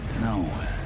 No